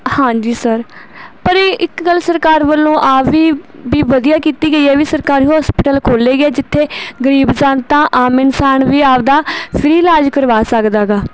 ਹਾਂਜੀ ਸਰ ਪਰ ਇਹ ਇੱਕ ਗੱਲ ਸਰਕਾਰ ਵੱਲੋਂ ਆ ਵੀ ਵੀ ਵਧੀਆ ਕੀਤੀ ਗਈ ਹੈ ਵੀ ਸਰਕਾਰੀ ਹੋਸਪੀਟਲ ਖੋਲ੍ਹੇ ਗਏ ਜਿੱਥੇ ਗਰੀਬ ਜਨਤਾ ਆਮ ਆਮ ਇਨਸਾਨ ਵੀ ਆਪਣਾ ਫ੍ਰੀ ਇਲਾਜ ਕਰਵਾ ਸਕਦਾ ਗਾ